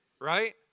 right